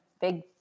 big